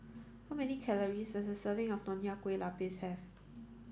how many calories does a serving of Nonya Kueh Lapis have